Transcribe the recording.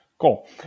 Cool